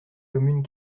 communes